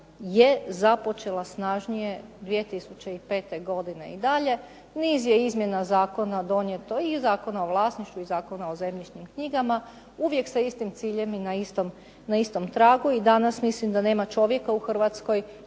je započela snažnije 2005. godine i dalje. Niz je izmjena zakona donijeto i Zakona o vlasništvu i Zakona o zemljišnim knjigama, uvijek sa istim ciljem i na istom tragu. I danas mislim da nema čovjeka u Hrvatskoj